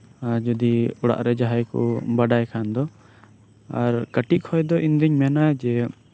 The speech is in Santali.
ᱟᱨ ᱡᱚᱫᱤ ᱚᱲᱟᱜ ᱨᱮ ᱡᱟᱦᱟᱭᱠᱚ ᱵᱟᱰᱟᱭ ᱠᱷᱟᱱᱫᱚ ᱟᱨ ᱠᱟᱹᱴᱤᱡ ᱠᱷᱚᱱ ᱫᱚ ᱤᱧᱫᱚᱧ ᱢᱮᱱᱟ ᱡᱮ